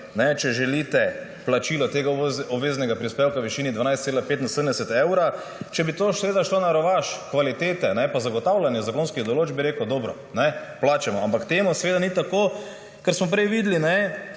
če želite, plačilo tega obveznega prispevka v višini 12,75 evra. Če bi to seveda šlo na rovaš kvalitete in zagotavljanja zakonskih določb, bi rekel, dobro, plačajmo. Ampak temu seveda ni tako. Kar smo prej videli,